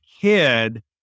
kid